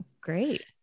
great